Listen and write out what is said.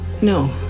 no